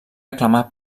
aclamat